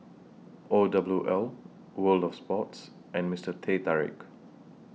O W L World of Sports and Mister Teh Tarik